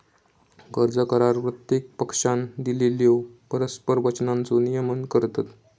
कर्ज करार प्रत्येक पक्षानं दिलेल्यो परस्पर वचनांचो नियमन करतत